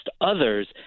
others